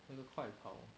那个快跑